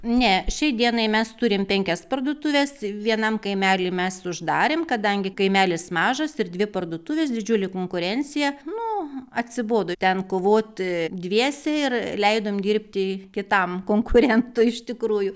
ne šiai dienai mes turim penkias parduotuves vienam kaimely mes uždarėm kadangi kaimelis mažas ir dvi parduotuvės didžiulė konkurencija nu atsibodo ten kovoti dviese ir leidom dirbti kitam konkurentui iš tikrųjų